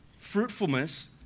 Fruitfulness